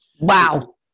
wow